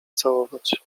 całować